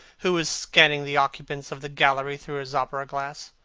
who was scanning the occupants of the gallery through his opera-glass.